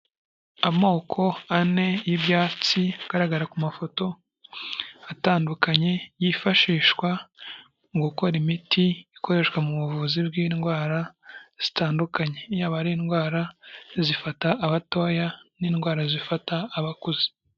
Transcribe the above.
Amoko ane y'ibyatsi agaragara ku mafoto atandukanye, yifashishwa mu gukora imiti ikoreshwa mu buvuzi bw'indwara zitandukanye, yaba ari indwara zifata abatoya n'indwara zifata abakuze.